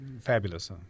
fabulous